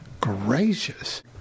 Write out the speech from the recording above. gracious